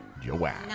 Joanne